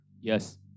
Yes